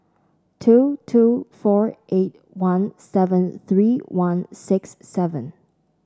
two two four eight one seven three one six seven